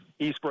eastbrook